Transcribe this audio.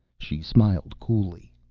she smiled coolly.